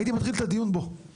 הייתי מתחיל את הדיון בו.